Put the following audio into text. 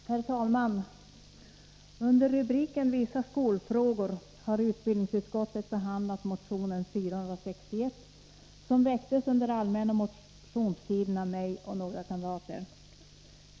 Herr talman! Under rubriken ”vissa skolfrågor” har utbildningsutskottet behandlat motion 461, som väcktes under allmänna motionstiden av mig och några kamrater.